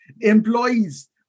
employees